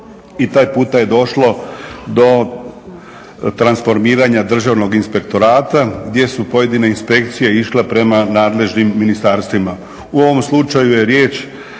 i taj puta je došlo do transformiranja Državnog inspektorata gdje su pojedine inspekcije išle prema nadležnim ministarstvima. U ovom slučaju je riječ